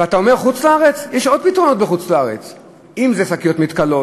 ואתה אומר "חוץ-לארץ" יש עוד פתרונות בחוץ-לארץ: אם זה שקיות מתכלות,